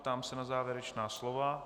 Ptám se na závěrečná slova.